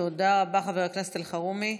תודה רבה, חבר הכנסת אלחרומי.